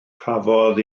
cafodd